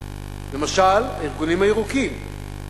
למשל הארגונים הירוקים.